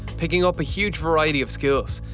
picking up a huge variety of skills,